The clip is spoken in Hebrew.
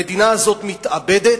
המדינה הזאת מתאבדת,